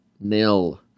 nil